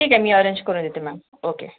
ठीक आहे मी अरेंज करून देते मॅम ओके